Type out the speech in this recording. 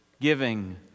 giving